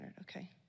okay